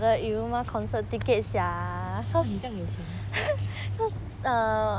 !wah! 你这样有钱